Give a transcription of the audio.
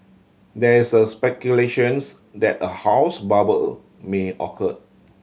there is speculations that a house bubble may occur